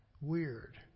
weird